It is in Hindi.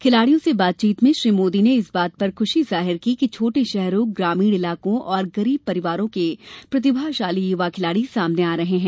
खिलाडियों से बातचीत में श्री मोदी ने इस बात पर खुशी जाहिर की कि छोटे शहरों ग्रामीण इलाकों और गरीब परिवारों के प्रतिभाशाली युवा खिलाड़ी सामने आ रहे हैं